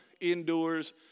endures